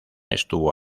estuvo